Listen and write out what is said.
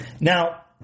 Now